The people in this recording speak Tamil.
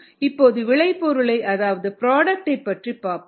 இப்போது விளை பொருளை அதாவது ப்ராடக்ட் பற்றி பார்ப்போம்